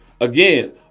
Again